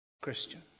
Christian